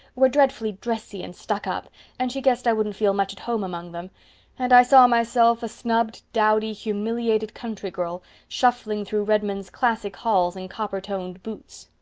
were dreadful dressy and stuck-up and she guessed i wouldn't feel much at home among them and i saw myself, a snubbed, dowdy, humiliated country girl, shuffling through redmond's classic halls in coppertoned boots.